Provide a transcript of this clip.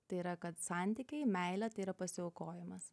tai yra kad santykiai meilė tai yra pasiaukojimas